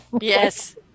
yes